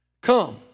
Come